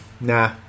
Nah